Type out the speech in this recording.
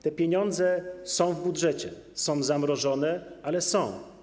Te pieniądze są w budżecie - są one zamrożone, ale są.